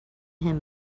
him